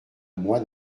moi